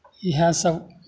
इएहसभ